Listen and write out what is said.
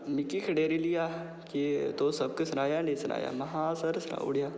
मिगी खडेरी लेआ कि तू सबक सनाया कि नेईं सनाया महां आहो सर सनाई ओड़ेआ